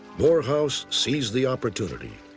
morehouse seized the opportunity.